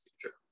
future